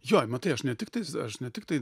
jo matai aš ne tiktai aš ne tiktai